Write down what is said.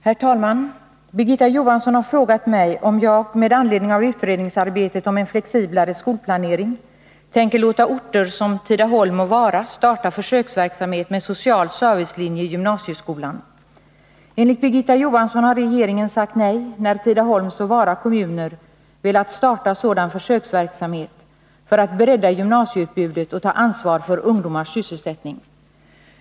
Herr talman! Birgitta Johansson har frågat mig om jag, med anledning av utredningsarbetet om en flexiblare skolplanering, tänker låta orter som Tidaholm och Vara starta försöksverksamhet med social servicelinje i gymnasieskolan. Enligt Birgitta Johansson har regeringen sagt nej, när Tidaholms och Vara kommuner velat starta sådan försöksverksamhet för att bredda gymnasieutbudet och ta ansvar för ungdomars sysselsättning.